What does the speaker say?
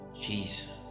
Jesus